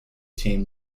team